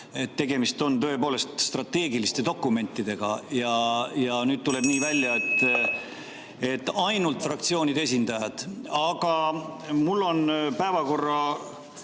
Tegemist on tõepoolest strateegiliste dokumentidega. Nüüd tuleb nii välja, et ainult fraktsioonide esindajad [saavad sõna].Aga mul on päevakorra